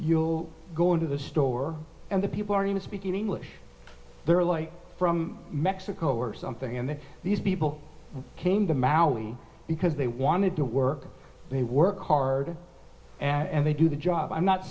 you'll go into the store and the people are going to speak in english they're like from mexico or something and that these people came to maui because they wanted to work they work hard and they do the job i'm not